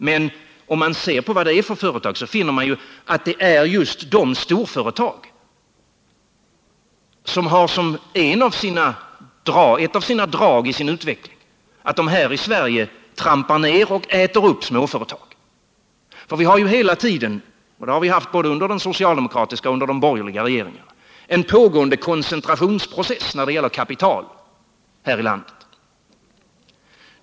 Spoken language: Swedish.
Men om man ser på företagen finner man att det är just de storföretag vilka som ett av dragen i sin utveckling har att de här i Sverige trampar ner och äter upp småföretag. Vi har ju hela tiden under både de socialdemokratiska och de borgerliga regeringarna haft en pågående koncentrationsprocess när det gäller kapital här i landet.